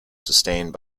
sustained